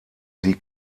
die